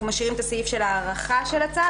אנחנו משאירים את הסעיף של ההארכה של הצו.